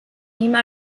nehme